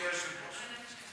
אדוני היושב-ראש.